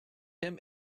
him